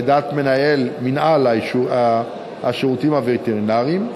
לדעת מנהל השירותים הווטרינריים,